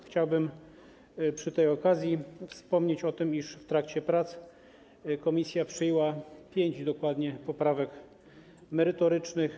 Chciałbym przy tej okazji wspomnieć o tym, iż w trakcie prac komisja przyjęła dokładnie pięć poprawek merytorycznych.